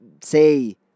say